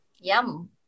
Yum